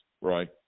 Right